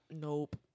Nope